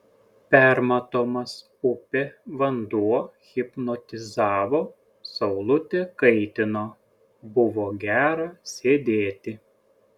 permatomas upė vanduo hipnotizavo saulutė kaitino buvo gera sėdėti